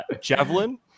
Javelin